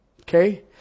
Okay